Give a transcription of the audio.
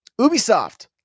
Ubisoft